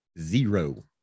Zero